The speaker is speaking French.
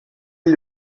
est